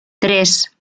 tres